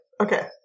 Okay